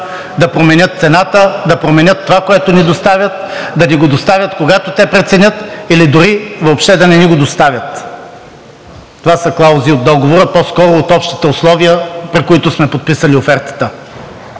да променят цената, да променят това, което ни доставят, да ни го доставят, когато те преценят, или дори въобще да не ни го доставят. Това са клаузи от договора, по-скоро от Общите условия, при които сме подписали офертата.